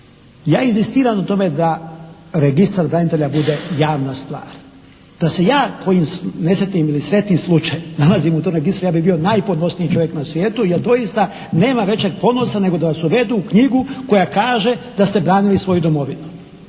Ja inzistiram na tome da registar branitelja bude javna stvar, da se ja kojim nesretnim ili sretnim slučajem nalazim u tom slučaju ja bih bio najponosniji čovjek na svijetu jer doista nema većeg ponosa nego da vas uvedu u knjigu koja kaže da ste branili svoju domovinu.